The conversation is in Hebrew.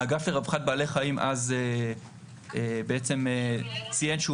האגף לרווחת בעלי חיים אז בעצם ציין שהוא